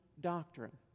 doctrine